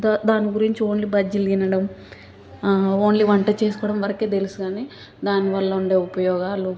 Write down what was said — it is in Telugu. దా దాని గురించి ఓన్లీ బజ్జీలు తినడం ఓన్లీ వంట చేసుకోవడం వరకే తెలుసని దానివళ్ళ ఉండే ఉపయోగాలు